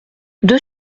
deux